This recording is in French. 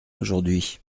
aujourd’hui